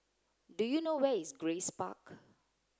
do you know where is Grace Park